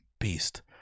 beast